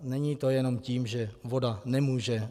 Není to jenom tím, že voda nemůže...